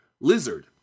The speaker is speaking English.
lizard